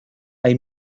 hay